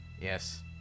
Yes